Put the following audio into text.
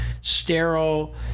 sterile